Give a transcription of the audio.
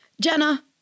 Jenna